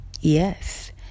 Yes